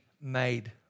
made